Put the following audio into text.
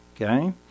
okay